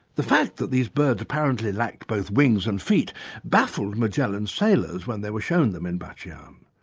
the fact that these birds apparently lacked both wings and feet baffled magellan's sailors when they were shown them in batchian.